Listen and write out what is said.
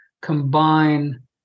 combine